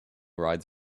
rides